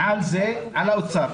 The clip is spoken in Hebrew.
מעל זה, חל על האוצר.